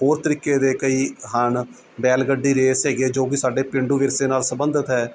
ਹੋਰ ਤਰੀਕੇ ਦੇ ਕਈ ਹਨ ਬੈਲ ਗੱਡੀ ਰੇਸ ਹੈਗੀ ਹੈ ਜੋ ਕਿ ਸਾਡੇ ਪੇਂਡੂ ਵਿਰਸੇ ਨਾਲ ਸੰਬੰਧਿਤ ਹੈ